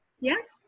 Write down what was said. yes